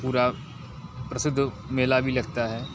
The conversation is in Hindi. पूरा प्रसिद्ध मेला भी लगता है